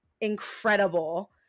incredible